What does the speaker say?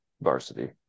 varsity